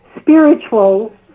spiritual